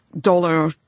dollar